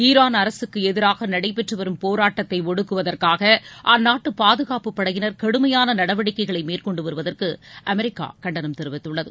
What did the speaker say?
Iran அரசுக்கு எதிராக நடைபெற்றுவரும் போராட்டத்தை ஒடுக்குவதற்காக அந்நாட்டு பாதுகாப்பு படையினர் கடுமையான நடவடிக்கைகளை மேற்கொண்டு வருவதற்கு அமெரிக்கா கண்டனம் தெரிவித்துள்ளது